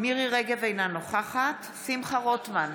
מירי מרים רגב, אינה נוכחת שמחה רוטמן,